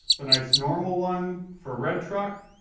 the nice normal one for redtruck.